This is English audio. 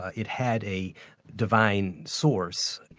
it had a divine source.